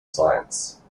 science